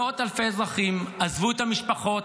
מאות אלפי אזרחים עזבו את המשפחות,